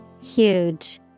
Huge